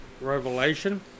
Revelation